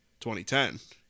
2010